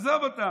עזוב אותם.